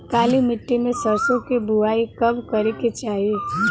काली मिट्टी में सरसों के बुआई कब करे के चाही?